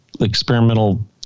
experimental